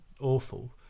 awful